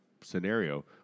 scenario